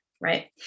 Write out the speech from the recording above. right